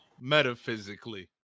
metaphysically